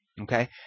okay